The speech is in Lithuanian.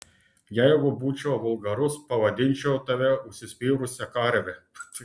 jeigu būčiau vulgarus pavadinčiau tave užsispyrusia karve